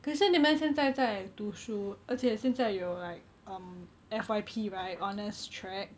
可是你们现在在读书而且现在有 like um F_Y_P right honours track